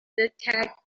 detect